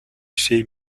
chez